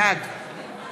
בעד